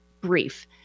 brief